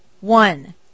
One